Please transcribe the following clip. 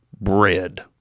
bread